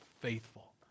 faithful